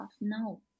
No